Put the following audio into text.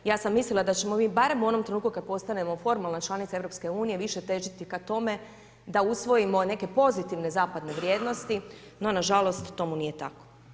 Ja sam mislila da ćemo mi barem u onom trenutku kada postanemo formalna članica EU više težiti ka tome da usvojimo neke pozitivne zapadne vrijednosti no nažalost tomu nije tako.